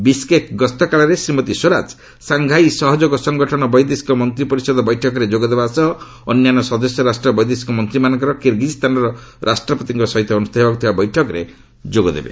Bishkek ଗସ୍ତ କାଳରେ Shrimati Swaraj Shanghai ସହଯୋଗ ସଂଗଠନ ବୈଦେଶିକ ମନ୍ତ୍ରୀ ପରିଷଦ ବୈଠକରେ ଯୋଗଦେବା ସହ ଅନ୍ୟାନ୍ୟ ସଦସ୍ୟ ରାଷ୍ଟର ବୈଦେଶିକ ମନ୍ତ୍ରୀମାନଙ୍କର କିରଗିଜ୍ ସ୍ଥାନର ରାଷ୍ଟ୍ରପତିଙ୍କ ସହିତ ଅନୁଷ୍ଠିତ ହେବାକୁଥିବା ବୈଠକରେ ଯୋଗ ଦେବେ